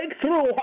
breakthrough